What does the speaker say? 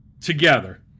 together